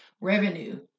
revenue